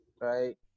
right